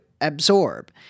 absorb